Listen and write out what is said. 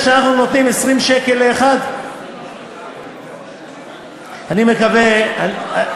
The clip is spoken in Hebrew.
זה שני שרים אחרים, אחד הפנים ואחד ביטחון הפנים.